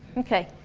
okay,